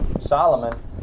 Solomon